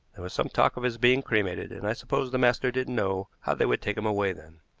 there was some talk of his being cremated, and i suppose the master didn't know how they would take him away then.